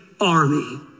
army